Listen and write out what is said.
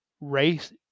race